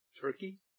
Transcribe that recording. Turkey